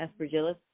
aspergillus